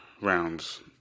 rounds